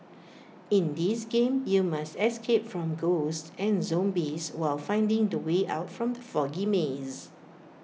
in this game you must escape from ghosts and zombies while finding the way out from the foggy maze